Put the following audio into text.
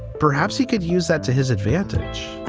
perhaps he could use that to his advantage